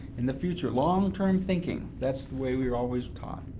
in the future, long-term thinking that's the way we were always taught.